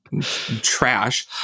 Trash